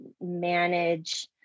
manage